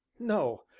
no,